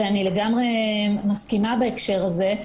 ואני לגמרי מסכימה בהקשר הזה,